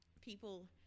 people